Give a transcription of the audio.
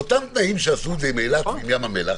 באותם תנאים שעשו את זה עם אילת ועם ים המלח,